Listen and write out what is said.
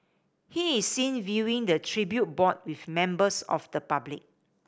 he is seen viewing the tribute board with members of the public